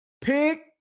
pick